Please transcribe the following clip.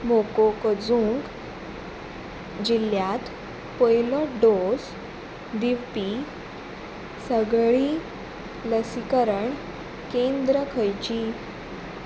मोकोकजूंग जिल्ल्यांत पयलो डोस दिवपी सगळीं लसीकरण केंद्र खंयचीं